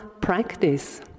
practice